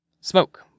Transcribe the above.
Smoke